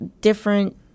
different